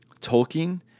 Tolkien